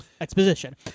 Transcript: exposition